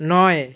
নয়